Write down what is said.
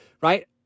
Right